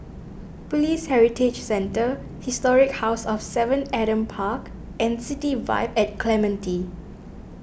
Police Heritage Centre Historic House of Seven Adam Park and City Vibe at Clementi